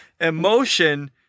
emotion